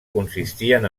consistien